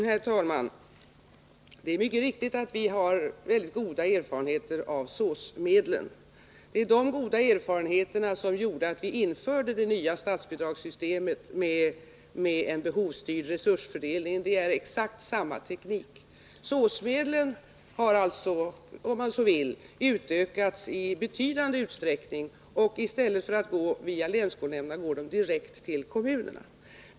Herr talman! Det är alldeles riktigt att vi har mycket goda erfarenheter av SÅS-medlen. Det var de goda erfarenheterna som gjorde att vi införde det nya statsbidragssystemet med en behovsstyrd resursfördelning. Det är exakt samma teknik. Om man så vill, kan man säga att SÅS-medlen har utökats i betydande utsträckning, och i stället för att gå via länsskolnämnderna går de direkt till kommunerna.